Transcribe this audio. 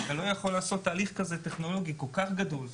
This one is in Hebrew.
אתה לא יכול לעשות תהליך טכנולוגי כזה כל כך גדול,